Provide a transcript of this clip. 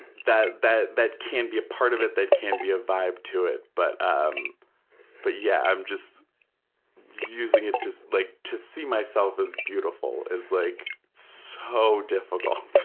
that that can be a part of it. that can be a vibe to it. but, um but yeah, i'm just using it to, like to see myself as beautiful is like so difficult.